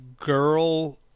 girl